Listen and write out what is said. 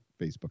Facebook